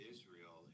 Israel